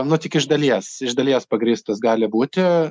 nu tik iš dalies iš dalies pagrįstas gali būti